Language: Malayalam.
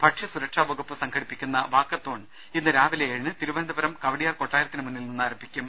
ഭക്ഷ്യ സുരക്ഷാ വകുപ്പ് സംഘടിപ്പിക്കുന്ന വാക്കത്തോൺ ഇന്ന് രാവിലെ ഏഴിന് തിരുവനന്തപുരം കവടിയാർ കൊട്ടാരത്തിനു മുന്നിൽ നിന്ന് ആരംഭിക്കും